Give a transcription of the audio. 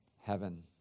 heaven